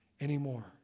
anymore